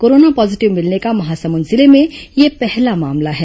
corona positive मिलने का महासमुंद जिले में यह पहला मामला है